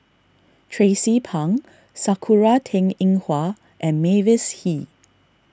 Tracie Pang Sakura Teng Ying Hua and Mavis Hee